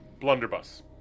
blunderbuss